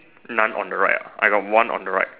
none on the right ah I got one on the right